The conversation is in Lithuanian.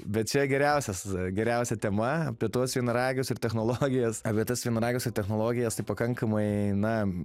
bet čia geriausias geriausia tema apie tuos vienaragius ir technologijas apie tas vienaragius technologijas tai pakankamai na